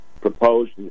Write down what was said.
proposed